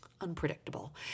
unpredictable